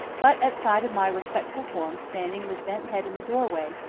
but at sight of my respectful form standing with bent head in the doorway,